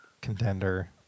contender